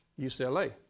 UCLA